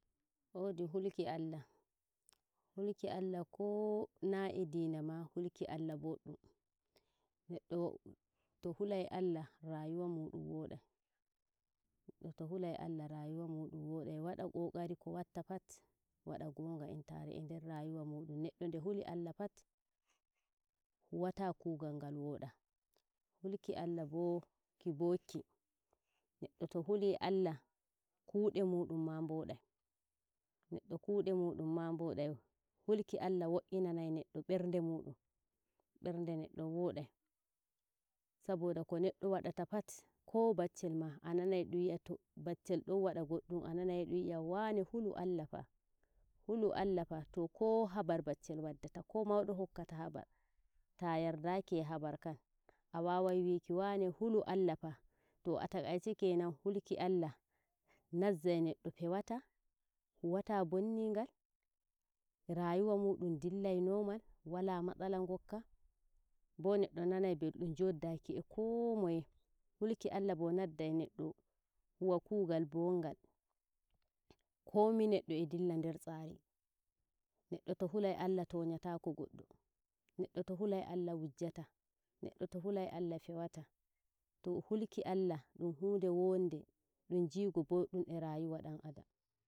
wodi hulki ALLAH hulki ALLAH kona edina ma hulki ALLAH boddum neɗɗo to hulai ALLAH rayuwa muɗum woodai neɗɗo to hulai ALLAH rayuwa muɗum wodai wada qoqari ko watta pat wada gonga entare eder rayuwa muɗum neddo de huli ALLAH pat huwata kugal ngal wodah hulki ALLAH bo kibokki neddo to huli ALLAH kude mudum ma bodai neɗɗo kude mudum ma bodai hulki ALLAH woinanani nedddo berde mudum berde neɗɗo wodai saboda ko nedo wadata pat ko baccel ma a nanai edum wi'ah to baccel don wada goddum a nani edum wi'ah wane hulu ALLAH fa to ko habar baccel hokkata ko maudo hokkata habar ta yardaki e habar kan a wawai wiki wane hulu ALLAH fa to atakaice kenan huli ALLAH nazzai neɗɗo fewata huwata banningal yauwan mudum dillai normal wala matsala ngokka bo neddo nanai beldum joddaki e ko moye hulki ALLAH bo naddai neddo huwa kugal bongal koma neɗɗo edilla nder tsari neddo to hulai ALLAH toyatako neddo to hulai ALLAH wujjata nrddo to hulai ALLAH fewata to hulki ALLAH hude wonde dum jigo bodum e rayuwa dan adam